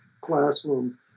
classroom